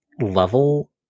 level